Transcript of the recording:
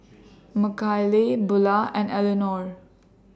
Makayla Bulah and Eleanor